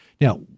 Now